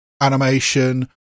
animation